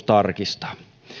tarkistaa